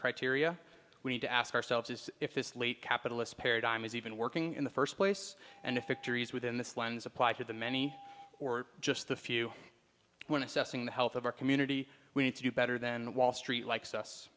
criteria we need to ask ourselves is if this late capitalist paradigm is even working in the first place and affect areas within this lens applied to the many or just the few when assessing the health of our community we need to do better than wall street likes us